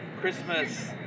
christmas